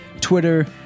Twitter